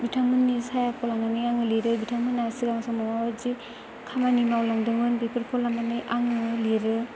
बिथांमोननि सायाखौ लानानै आङो लिरो बिथांमोनहा सिगां समाव माबायदि खामानि मावलांदोंमोन बेफोरखौ लानानै आङो लिरो